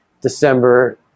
December